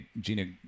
Gina